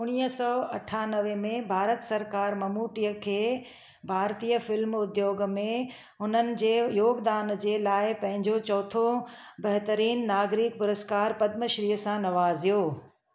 उणिवीह सौ अठानवे में भारत सरकारि ममूटीअ खे भारतीय फिल्म उद्योग में हुननि जे योगदान जे लाए पंहिंजो चोथों बहितरीन नागरिक पुरस्कार पद्म श्री सां नवाज़ियो